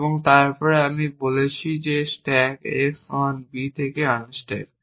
এবং তারপরে আমি বলছি স্ট্যাক x অন b থেকে আনস্ট্যাক